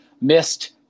missed